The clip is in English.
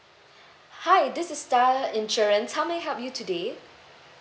hi this is star insurance how may I help you today